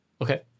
Okay